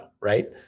right